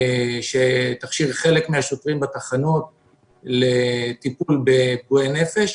שתכשיר חלק מן השוטרים בתחנות לטיפול בפגועי נפש.